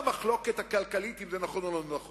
מעבר למחלוקת הכלכלית אם זה נכון או לא נכון,